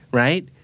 right